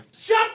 Shut